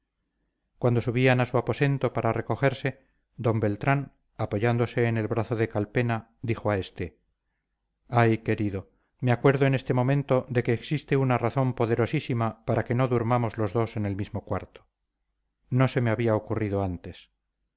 cuando subían a su aposento para recogerse d beltrán apoyándose en el brazo de calpena dijo a este ay querido me acuerdo en este momento de que existe una razón poderosísima para que no durmamos los dos en el mismo cuarto no se me había ocurrido antes